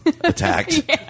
Attacked